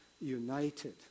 united